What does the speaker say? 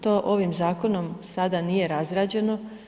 To ovim zakonom sada nije razrađeno.